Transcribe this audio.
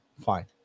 Fine